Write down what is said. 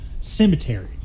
cemetery